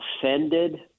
offended